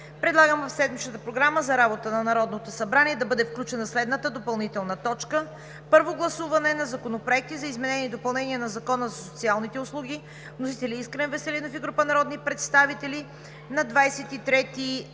предлагам в седмичната Програма за работата на Народното събрание да бъде включена следната допълнителна точка: Първо гласуване на Законопроекти за изменение и допълнение на Закона за социалните услуги, вносители – Искрен Веселинов и група народни представители на 23